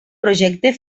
projecte